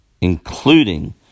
including